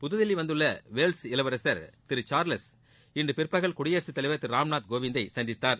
புதுதில்லி வந்துள்ள வேல்ஸ் இளவரசர் திரு சார்லஸ் இன்று பிற்பகல் குடியரசுத்தலைவர் திரு ராம்நாத் கோவிந்த்தை சந்தித்தார்